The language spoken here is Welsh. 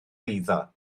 eiddo